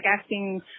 asking